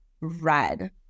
red